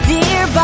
Dear